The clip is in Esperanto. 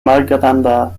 malgranda